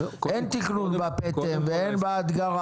אין תכנון בפטם ואין בהדגרה,